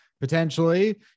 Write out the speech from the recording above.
potentially